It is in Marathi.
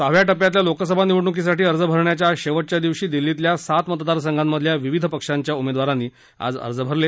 सहाव्या टप्प्यातल्या लोकसभा निवडणुकीसाठी अर्ज भरण्याच्या आज शेवटच्या दिवशी दिल्लीतल्या सात मतदासंघांमधल्या विविध पक्षांच्या उमेदवारांनी आज अर्ज भरले